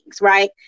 Right